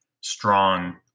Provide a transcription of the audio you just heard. strong